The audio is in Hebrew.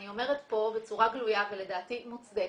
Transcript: אני אומרת פה בצורה גלויה ולדעתי מוצדקת,